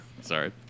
Sorry